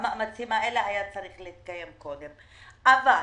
המאמצים האלה, היה צריך להתקיים קודם, אבל